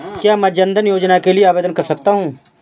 क्या मैं जन धन योजना के लिए आवेदन कर सकता हूँ?